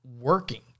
working